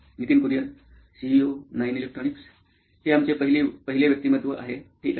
Nitin Kurian COO nine electronics हे आमचे पहिले व्यक्तिमत्व आहे ठीक आहे